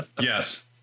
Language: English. Yes